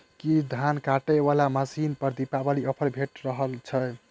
की धान काटय वला मशीन पर दिवाली ऑफर भेटि रहल छै?